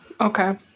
Okay